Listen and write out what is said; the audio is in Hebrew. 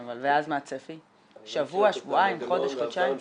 כן, ואז מה הצפי שבוע, שבועיים, חודש חודשיים?